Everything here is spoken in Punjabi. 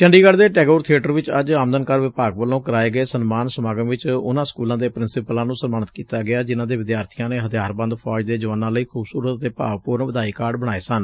ਚੰਡੀਗੜ੍ ਦੇ ਟੈਗੋਰ ਬੀਏਟਰ ਵਿਚ ਅੱਜ ਆਮਦਨ ਕਰ ਵਿਭਾਗ ਵਲੋ ਕਰਾਏ ਗਏ ਸਨਮਾਨ ਸਮਾਗਮ ਵਿਚ ਉਨਾਂ ਸਕੁਲਾਂ ਦੇ ਪ੍ਰਿਸੀਪਲਾਂ ਨੂੰ ਸਨਮਾਨਿਤ ਕੀਤਾ ਗਿਆ ਜਿਨੂਾਂ ਦੇ ਵਿਦਿਆਰਬੀਆਂ ਨੇ ਹਬਿਆਰਬੰਦ ਫੌਜ ਦੇ ਜਵਾਨਾ ਲਈ ਖੂਬਸੂਰਤ ਅਤੇ ਭਾਵਪੂਰਨ ਵਧਾਈ ਕਾਰਡ ਬਣਾਏ ਸਨ